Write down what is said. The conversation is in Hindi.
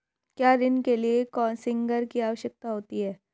क्या ऋण के लिए कोसिग्नर की आवश्यकता होती है?